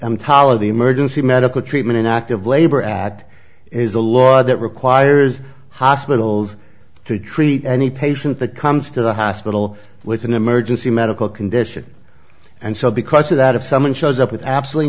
of the emergency medical treatment and active labor act is a law that requires hospitals to treat any patient that comes to the hospital with an emergency medical condition and so because of that if someone shows up with absolutely